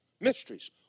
Mysteries